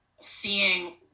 seeing